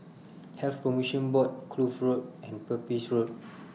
Health promotion Board Kloof Road and Pepys Road